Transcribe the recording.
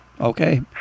Okay